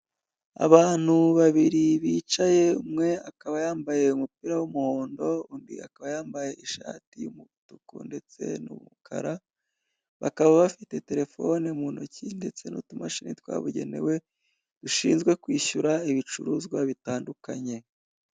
Abantu babiri bicaye umwe akaba yambaye umupira w'umuhondo, undi akaba yambaye ishati y'umuvutuku ndetse n'umukara, bakaba bafite telefoni mu ntoki ndetse n'utumashini twabugenewe bishinzwe kwishyura ibicuruzwa bitandukanye.